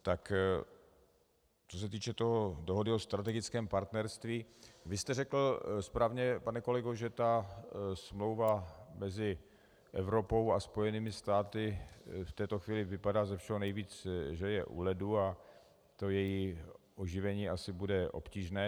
Tak co se týče dohody o strategickém partnerství, vy jste řekl správně, pane kolego, že ta smlouva mezi Evropou a Spojenými státy v této chvíli vypadá ze všeho nejvíc, že je u ledu, a to její oživení asi bude obtížné.